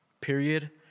Period